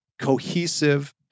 cohesive